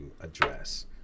address